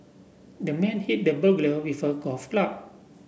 the man hit the burglar with a golf club